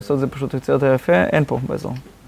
עשו את זה פשוט ויוצא יותר יפה, אין פה באזור.